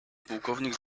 pułkownik